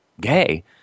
gay